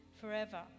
forever